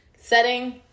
setting –